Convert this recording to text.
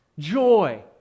Joy